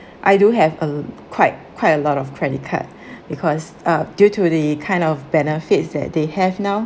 I do have a quite quite a lot of credit card because uh due to the kind of benefits that they have now